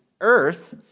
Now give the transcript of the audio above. earth